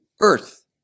earth